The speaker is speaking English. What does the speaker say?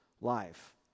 life